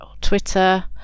Twitter